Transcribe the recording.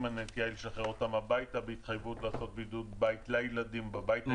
הנטייה היא לשחרר אותם הביתה בהתחייבות לעשות בידוד בית לילדים בבית.